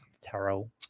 Tarot